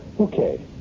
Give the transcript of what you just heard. Okay